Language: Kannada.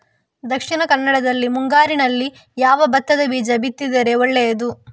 ದಕ್ಷಿಣ ಕನ್ನಡದಲ್ಲಿ ಮುಂಗಾರಿನಲ್ಲಿ ಯಾವ ಭತ್ತದ ಬೀಜ ಬಿತ್ತಿದರೆ ಒಳ್ಳೆಯದು?